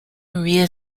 maria